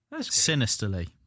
Sinisterly